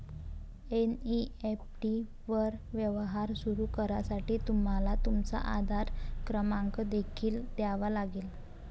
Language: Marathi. एन.ई.एफ.टी वर व्यवहार सुरू करण्यासाठी तुम्हाला तुमचा आधार क्रमांक देखील द्यावा लागेल